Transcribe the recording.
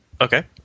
Okay